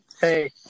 Hey